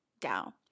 down